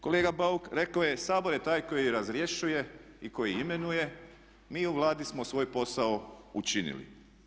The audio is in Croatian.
Kolega Bauk rekao je Sabor je taj koji razrješuje i koji imenuje mi u Vladi smo svoj posao učinili.